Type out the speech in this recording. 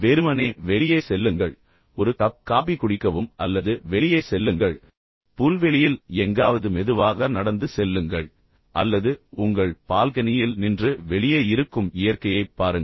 வெறுமனே வெளியே செல்லுங்கள் ஒரு கப் காபி குடிக்கவும் அல்லது வெளியே செல்லுங்கள் புல்வெளியில் எங்காவது மெதுவாக நடந்து செல்லுங்கள் அல்லது உங்கள் பால்கனியில் நின்று வெளியே இருக்கும் இயற்கையைப் பாருங்கள்